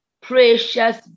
precious